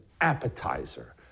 appetizer